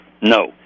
No